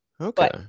Okay